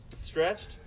stretched